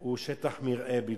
הם שטח מרעה בלבד.